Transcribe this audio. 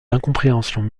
incompréhensions